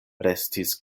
restis